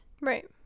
Right